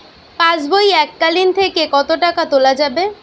পাশবই এককালীন থেকে কত টাকা তোলা যাবে?